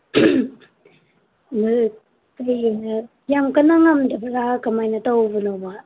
ꯌꯥꯝ ꯀꯟꯅ ꯉꯝꯗꯕꯔꯥ ꯀꯃꯥꯏꯅ ꯇꯧꯕꯅꯣꯕ